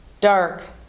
dark